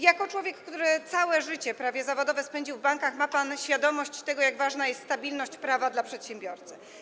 Jako człowiek, który prawie całe życie zawodowe spędził w bankach, ma pan świadomość tego, jak ważna jest stabilność prawa dla przedsiębiorcy.